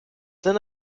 then